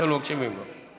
אתם לא מקשיבים לו.